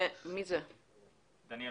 דניאל